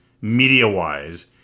media-wise